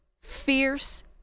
fierce